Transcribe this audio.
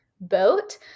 boat